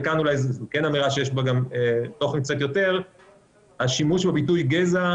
וכאן זו אולי אמירה שיש בה יותר תוכן: השימוש בביטוי "גזע"